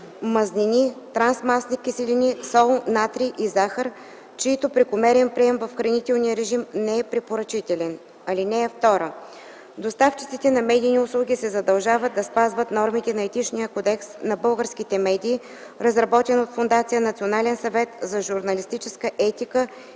мазнини, трансмастни киселини, сол/натрий и захар, чийто прекомерен прием в хранителния режим не е препоръчителен. (2) Доставчиците на медийни услуги се задължават да спазват нормите на Етичния кодекс на българските медии, разработен от Фондация „Национален съвет за журналистическа етика”